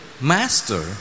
master